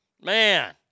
Man